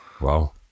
Wow